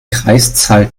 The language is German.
kreiszahl